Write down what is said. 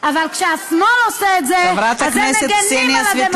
אבל כשהשמאל עושה את זה, אתם מגינים על הדמוקרטיה.